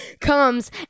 comes